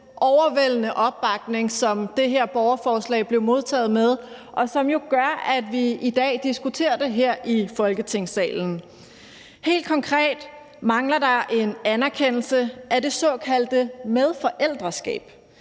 overvældende opbakning, som det her borgerforslag er blevet modtaget med, og som jo gør, at vi i dag diskuterer det her i Folketingssalen. Helt konkret mangler der en anerkendelse af det såkaldte medforældreskab.